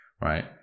right